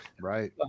right